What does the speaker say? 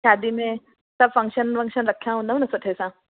शादी में सभु फंक्शन वंक्शन रखिया हूंदव ना सुठे सां